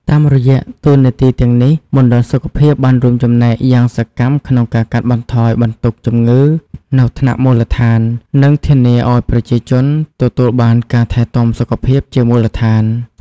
តាមរយៈតួនាទីទាំងនេះ មណ្ឌលសុខភាពបានរួមចំណែកយ៉ាងសកម្មក្នុងការកាត់បន្ថយបន្ទុកជំងឺនៅថ្នាក់មូលដ្ឋាន និងធានាឱ្យប្រជាជនទទួលបានការថែទាំសុខភាពជាមូលដ្ឋាន។